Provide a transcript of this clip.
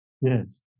Yes